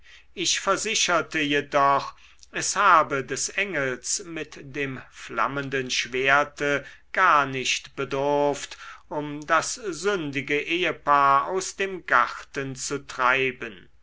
ich versicherte jedoch es habe des engels mit dem flammenden schwerte gar nicht bedurft um das sündige ehepaar aus dem garten zu treiben